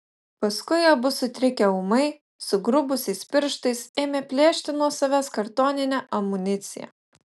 paskui abu sutrikę ūmai sugrubusiais pirštais ėmė plėšti nuo savęs kartoninę amuniciją